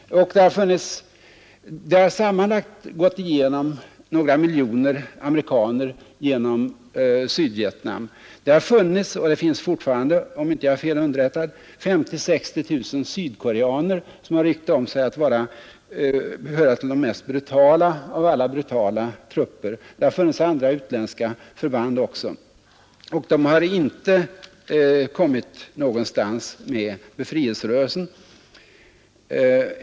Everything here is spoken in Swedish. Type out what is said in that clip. Sammanlagt har några miljoner amerikaner gjort ett års militärtjänstgöring i Sydvietnam. Om jag inte är fel underrättad, har det funnits och finns fortfarande 50 000-60 000 sydkoreaner där. De har rykte om sig att höra till de mest brutala av alla brutala trupper. Det har också funnits och finns fortfarande andra utländska förband. De har inte kommit någonstans med befrielserörelsen.